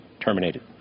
terminated